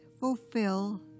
fulfill